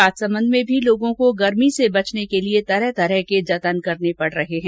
राजसमंद में भी लोगों को गर्मी से बचने के लिए तरह तरह के जतन करने पड रहे हैं